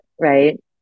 right